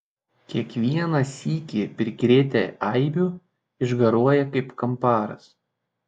kiekvieną sykį prikrėtę eibių išgaruoja kaip kamparas